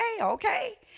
Okay